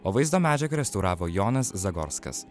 o vaizdo medžiagą restauravo jonas zagorskas